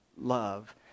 love